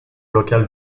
locale